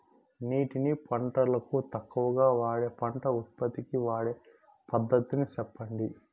నీటిని పంటలకు తక్కువగా వాడే పంట ఉత్పత్తికి వాడే పద్ధతిని సెప్పండి?